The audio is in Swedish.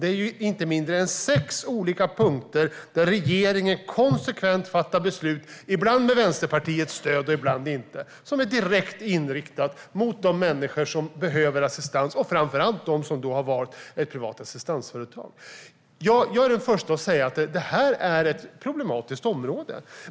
Det är inte på mindre än sex olika punkter som regeringen konsekvent fattar beslut, ibland med Vänsterpartiets stöd och ibland inte, som är direkt riktade mot de människor som behöver assistans och framför allt de som har valt ett privat assistansföretag. Jag är den förste att säga att det här är ett problematiskt område.